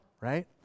Right